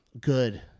Good